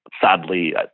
sadly